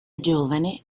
giovane